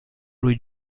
lui